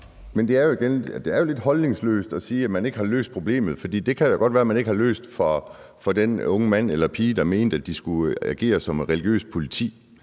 Men det er igen lidt holdningsløst at sige, at man ikke har løst problemet. Det kan da godt være, at man ikke har løst det for den unge mand eller pige, der mente, at de skulle agere som religiøst politi,